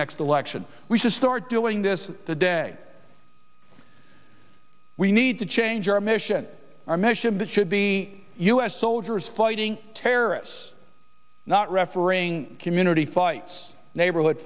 next election we should start doing this the day we need to change our mission our mission that should be u s soldiers fighting terrorists not refereeing community fights neighborhood